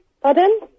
Pardon